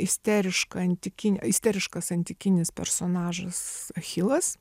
isteriška antikinė isteriškas antikinis personažas achilas